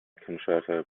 concerto